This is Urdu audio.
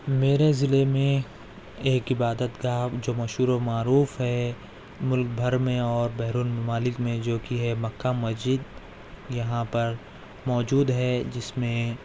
میرے ضلع میں ایک عبادت گاہ جو مشہور و معروف ہے ملک بھر میں اور بیرون ممالک میں جو کہ ہے مکہ مسجد یہاں پر موجود ہے جس میں